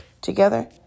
together